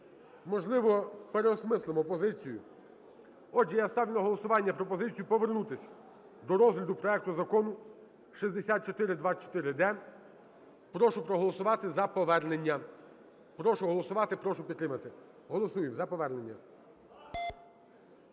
Можливо переосмислимо позицію. Отже я ставлю на голосування пропозицію повернутися до розгляду проекту Закону 6424-д. Прошу проголосувати за повернення. Прошу голосувати, прошу підтримати. Голосуємо за повернення.